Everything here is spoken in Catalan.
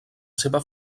seva